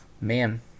Man